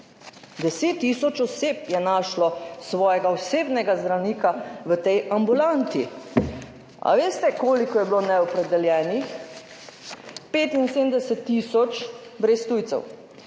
10 tisoč oseb je našlo svojega osebnega zdravnika v tej ambulanti. Veste, koliko je bilo neopredeljenih? 75 tisoč brez tujcev.